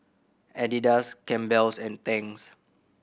Adidas Campbell's and Tangs